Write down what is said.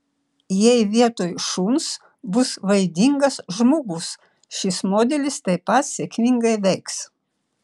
jei vietoj šuns bus vaidingas žmogus šis modelis taip pat sėkmingai veiks